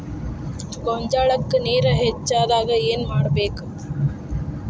ಗೊಂಜಾಳಕ್ಕ ನೇರ ಹೆಚ್ಚಾದಾಗ ಏನ್ ಮಾಡಬೇಕ್?